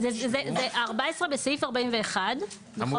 אז זה (14) בסעיף 41, נכון?